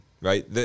right